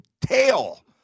tail